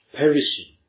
perishing